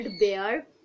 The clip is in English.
bear